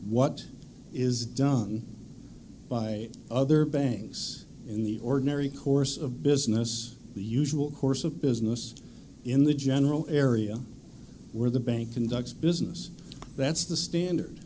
what is done by other banks in the ordinary course of business the usual course of business in the general area where the bank conducts business that's the standard